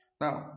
Now